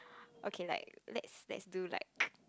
okay like let's let's do like